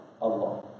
Allah